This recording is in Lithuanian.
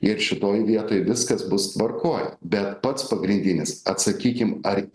ir šitoj vietoj viskas bus tvarkoj bet pats pagrindinis atsakykim ar yra